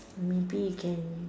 maybe you can